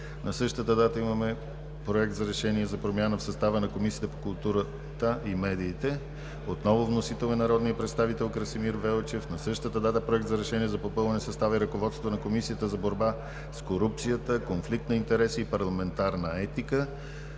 Красимир Велчев; Проект за решение за промяна в състава на Комисията по културата и медиите, вносител: народният представител Красимир Велчев; Проект за решение за попълване състава и ръководството на Комисията за борба с корупцията, конфликт на интереси и парламентарна етика,